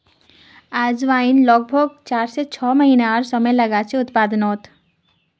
अजवाईन लग्ब्भाग चार से छः महिनार समय लागछे उत्पादनोत